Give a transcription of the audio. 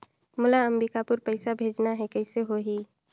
मोला अम्बिकापुर पइसा भेजना है, कइसे होही?